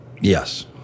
Yes